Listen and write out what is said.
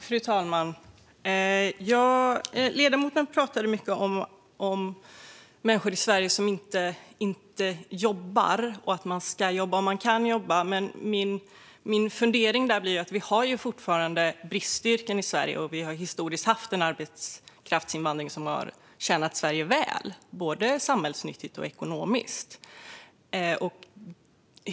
Fru talman! Ledamoten pratade mycket om människor i Sverige som inte jobbar och att man ska jobba om man kan jobba. Min fundering är att vi fortfarande har bristyrken i Sverige och att vi historiskt sett har haft en arbetskraftsinvandring som har tjänat Sverige väl, både när det gäller samhällsnytta och ekonomiskt.